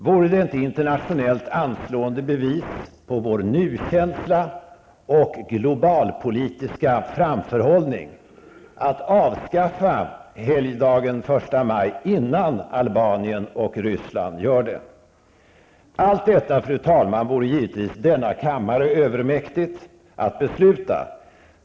Vore det inte ett internationellt anslående bevis på vår nukänsla och globalpolitiska framförhållning att avskaffa helgdagen första maj innan Albanien och Ryssland gör det! Allt detta, fru talman, vore givetvis denna kammare övermäktigt att besluta.